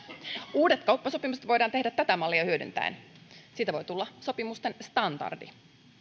uudet kauppasopimukset voidaan tehdä tätä mallia hyödyntäen siitä voi tulla sopimusten standardi